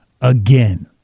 again